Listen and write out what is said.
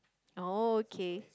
oh okay